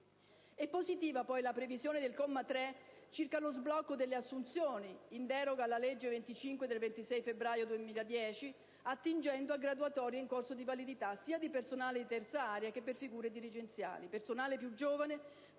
È positiva la previsione del comma 3 circa lo sblocco delle assunzioni, in deroga alla legge n. 25 del 26 febbraio 2010, attingendo a graduatorie in corso di validità sia di personale di III area che per figure dirigenziali. Personale più giovane